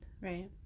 Right